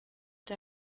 der